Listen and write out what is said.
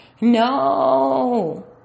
no